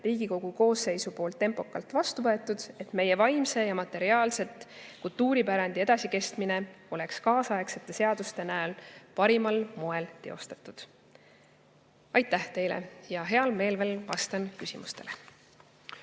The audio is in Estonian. Riigikogu koosseisu [vahetumist] tempokalt vastu võetud, et meie vaimse ja materiaalse kultuuripärandi edasikestmine oleks kaasaegsete seaduste näol parimal moel teostatud. Aitäh teile! Heal meelel vastan küsimustele.